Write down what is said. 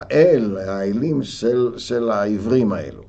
האל, האלים של העברים האלו.